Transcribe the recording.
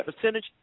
percentage